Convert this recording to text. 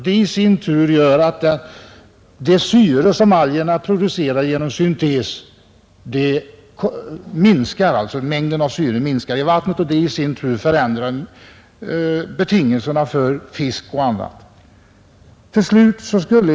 Detta i sin tur gör att den mängd av syre som algerna producerar genom fotosyntes minskar, vilket förändrar betingelserna för fisk och annat djurliv.